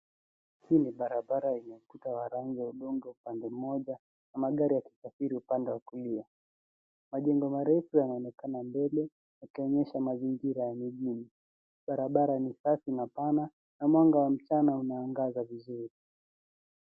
Hii ni barabara yenye kuta wa rangi ya udongo pande moja na magari yakisafiri upande wa kulia. Majengo marefu yanaonekana mbele yakionyesha mazingira ya mijini. Barabara ni safi na pana na mwanga wa mchana unaangaza vizuri.